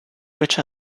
which